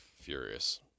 furious